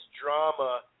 drama